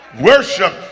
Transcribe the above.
Worship